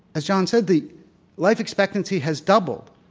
as john said, the life expectancy has doubled.